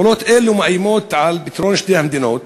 פעולות אלו מאיימות על פתרון שתי המדינות.